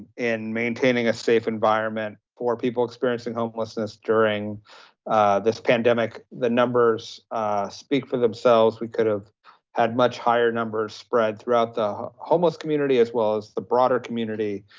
in maintaining a safe environment for people experiencing homelessness. during this pandemic, the numbers speak for themselves. we could have had much higher numbers spread throughout the homeless community, as well as the broader community,